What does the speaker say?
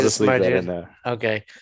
Okay